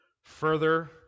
further